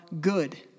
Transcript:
good